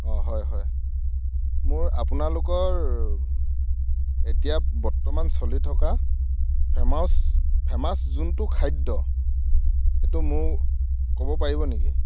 অঁ হয় হয় মোৰ আপোনালোকৰ এতিয়া বৰ্তমান চলি থকা ফেমাচ ফেমাচ যোনটো খাদ্য সেইটো মোক ক'ব পাৰিব নেকি